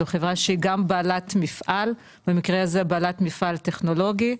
זו חברה שהיא גם בעלת מפעל במקרה הזה בעלת מפעל טכנולוגי,